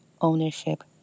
ownership